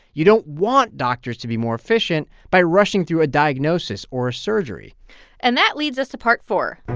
you don't want doctors to be more efficient by rushing through a diagnosis or a surgery and that leads us to part four